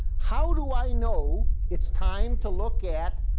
how do i know it's time to look at